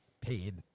paid